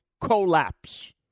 collapse